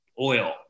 oil